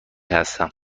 هستم